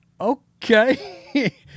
okay